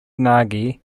nagy